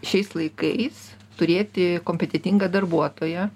šiais laikais turėti kompetetingą darbuotoją